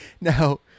now